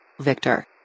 Victor